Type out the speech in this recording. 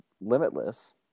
Limitless